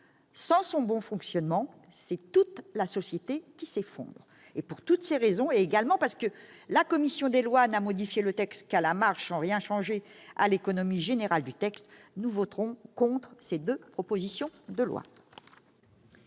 elle ne fonctionne pas bien, c'est toute la société qui s'effondre ... Pour toutes ces raisons, et également parce que la commission des lois n'a modifié leur texte qu'à la marge, sans rien changer à l'économie générale, nous voterons contre ces deux propositions de loi.